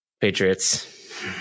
Patriots